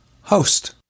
host